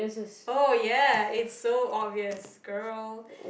oh ya it's so obvious girl